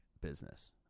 business